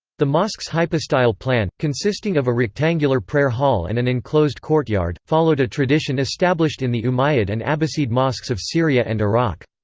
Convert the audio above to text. the mosque's hypostyle plan, consisting of a rectangular prayer hall and an enclosed courtyard, followed a tradition established in the umayyad and abbasid mosques of syria and iraq.